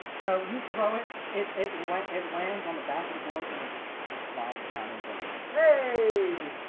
so you throw it it it went it lands on the back of the board and then just kind of slides down involved hey